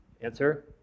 Answer